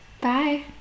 Bye